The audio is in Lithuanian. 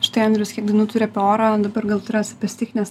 štai andrius kiek dainų turi apie orą dabar gal turės apie stichines